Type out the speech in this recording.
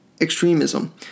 extremism